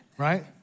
Right